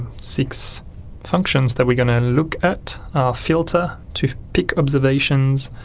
six functions that we're going to and look at are filter to pick observations,